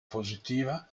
positiva